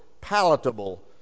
palatable